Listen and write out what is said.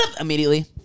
immediately